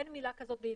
אין מילה כזאת בעברית.